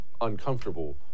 uncomfortable